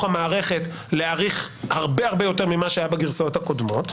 המערכת להאריך הרבה הרבה יותר ממה שהיה בגרסאות הקודמות.